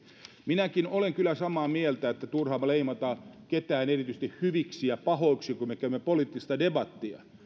minäkin olen kyllä samaa mieltä että on turha leimata ketään erityisesti hyviksi tai pahoiksi kun me käymme poliittista debattia